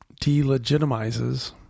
delegitimizes